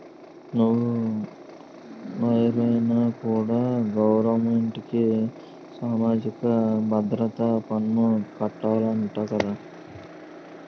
నువ్వు లాయరువైనా కూడా గవరమెంటుకి సామాజిక భద్రత పన్ను కట్టాలట కదా